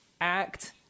act